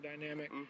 dynamic